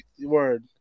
Word